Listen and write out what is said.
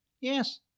Yes